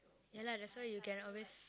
ya lah that's why you can always